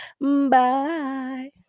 Bye